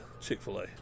chick-fil-a